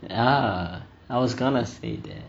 ya I was gonna say that